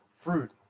fruit